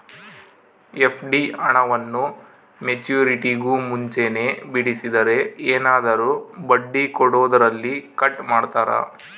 FD ಹಣವನ್ನು ಮೆಚ್ಯೂರಿಟಿಗೂ ಮುಂಚೆನೇ ಬಿಡಿಸಿದರೆ ಏನಾದರೂ ಬಡ್ಡಿ ಕೊಡೋದರಲ್ಲಿ ಕಟ್ ಮಾಡ್ತೇರಾ?